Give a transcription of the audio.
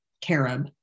Carib